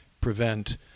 prevent